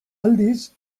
aldiz